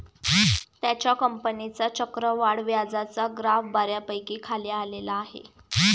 त्याच्या कंपनीचा चक्रवाढ व्याजाचा ग्राफ बऱ्यापैकी खाली आलेला आहे